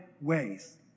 ways